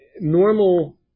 normal